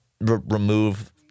remove